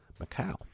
Macau